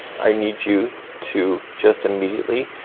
i need you to just immediately